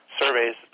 surveys